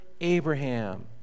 Abraham